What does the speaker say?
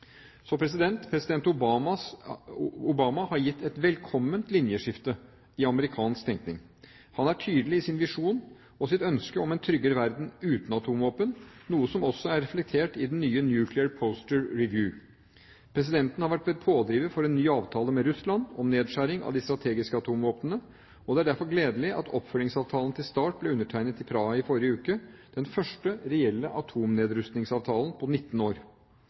Obama har gitt et velkomment linjeskifte i amerikansk tenkning. Han er tydelig i sin visjon og i sitt ønske om en tryggere verden uten atomvåpen, noe som også er reflektert i den nye «Nuclear Posture Review». Presidenten har vært pådriver for en ny avtale med Russland om nedskjæring av de strategiske atomvåpnene, og det er derfor gledelig at oppfølgingsavtalen til START ble undertegnet i Praha i forrige uke – den første reelle atomnedrustningsavtalen på 19 år.